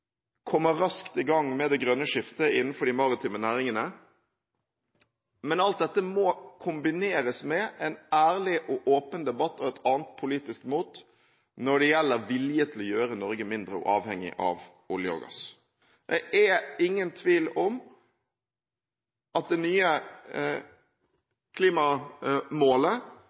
kommer raskt i gang med det grønne skiftet innenfor de maritime næringene. Men alt dette må kombineres med en ærlig og åpen debatt og et annet politisk mot når det gjelder vilje til å gjøre Norge mindre avhengig av olje og gass. Det er ingen tvil om at det nye klimamålet